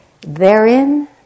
therein